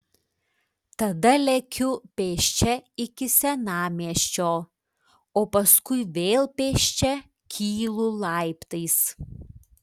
tada lekiu pėsčia iki senamiesčio o paskui vėl pėsčia kylu laiptais